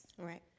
right